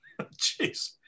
Jeez